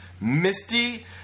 Misty